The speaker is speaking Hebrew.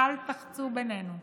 אל תחצו בינינו.